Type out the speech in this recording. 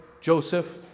Joseph